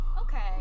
Okay